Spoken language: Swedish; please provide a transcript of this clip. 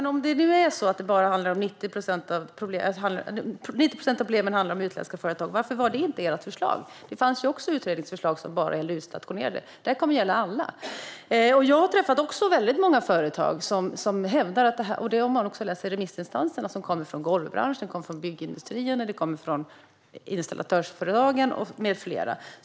Fru talman! Men om det nu är så att 90 procent av problemen handlar om utländska företag, varför gällde då inte ert förslag bara utstationerade, Magnus Persson? Det fanns ju sådana utredningsförslag. Det här förslaget kommer att gälla alla. Jag har också träffat väldigt många företag och har läst remissvaren från golvbranschen, byggindustrierna, installatörsföretagen med flera.